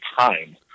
time